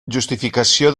justificació